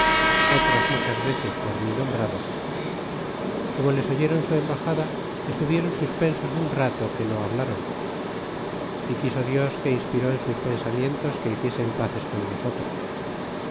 otras muchas veces por mi nombrado como les oyeron su embaxada estuvieron suspensos un rato que no hablron y quiso dios que inspiró en sus pensamientos que hiciesen paces con nosotros